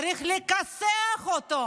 צריך לכסח אותו,